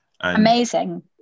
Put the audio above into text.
amazing